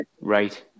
right